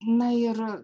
na ir